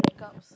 cups